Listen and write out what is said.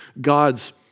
God's